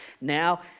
now